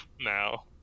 now